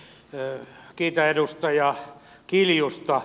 kiitän edustaja kiljusta